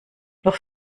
noch